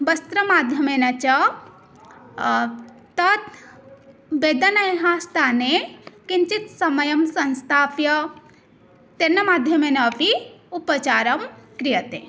वस्त्रमाध्यमेन च तत् वेदनायाः स्थाने किञ्चित् समयं संस्थाप्य तेन माध्यमेन अपि उपचारः क्रियते